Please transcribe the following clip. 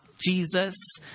Jesus